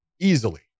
easily